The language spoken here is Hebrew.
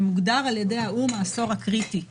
שמוגדר על ידי האו"ם כעשור הקריטי ,